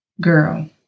girl